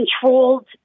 controlled